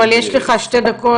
אבל יש לך שתי דקות,